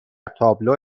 تابلو